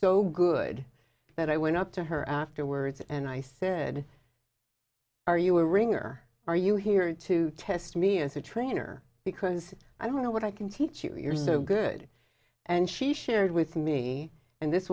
so good that i went up to her afterwards and i said are you a ring or are you here to test me as a trainer because i don't know what i can teach you if you're so good and she shared with me and this